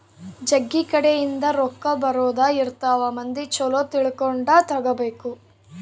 ಜಗ್ಗಿ ಕಡೆ ಇಂದ ರೊಕ್ಕ ಬರೋದ ಇರ್ತವ ಮಂದಿ ಚೊಲೊ ತಿಳ್ಕೊಂಡ ತಗಾಬೇಕು